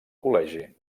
col·legi